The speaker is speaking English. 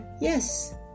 yes